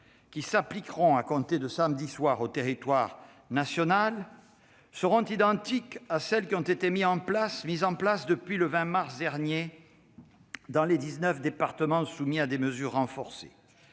qui s'appliqueront à compter de samedi soir au territoire métropolitain seront identiques à celles qui ont été mises en place depuis le 20 mars dernier dans les 19 départements soumis à des mesures renforcées.